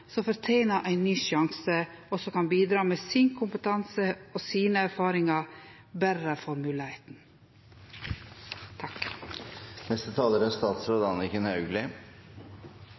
som fortener ein ny sjanse, og som kan bidra med sin kompetanse og sine erfaringar